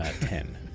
ten